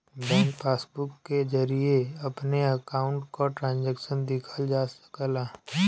bank passbook के जरिये अपने अकाउंट क ट्रांजैक्शन देखल जा सकला